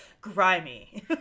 grimy